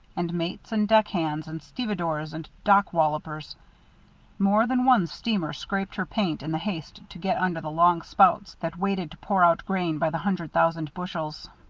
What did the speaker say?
and mates and deck hands and stevedores and dockwallopers more than one steamer scraped her paint in the haste to get under the long spouts that waited to pour out grain by the hundred thousand bushels.